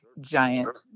giant